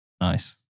Nice